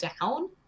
down